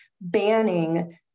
Banning